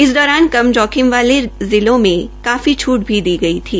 इस दौरान कम जोखिम वाले जिलों में काफी छूट भी दी गई थी